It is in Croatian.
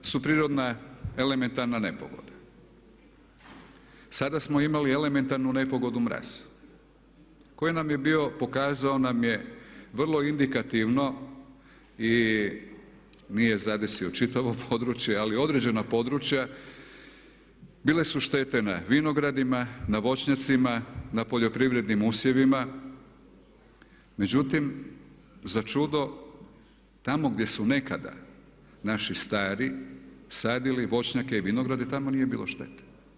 Poplave su prirodna elementarna nepogoda, sada smo imali elementarnu nepogodu mraz koji nam je bio, pokazao nam je vrlo indikativno i nije zadesio čitavo područje ali određena područja bile su štete na vinogradima, na voćnjacima, na poljoprivrednim usjevima, međutim začudo tamo gdje su nekada naši stari sadili voćnjake i vinograde, tamo nije bile štete.